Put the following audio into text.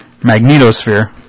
magnetosphere